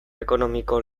ekonomiko